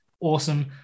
awesome